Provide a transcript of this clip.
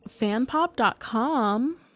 Fanpop.com